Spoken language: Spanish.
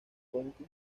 county